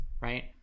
right